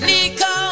Nico